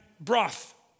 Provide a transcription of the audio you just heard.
broth